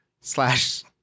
slash